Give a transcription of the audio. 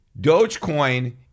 Dogecoin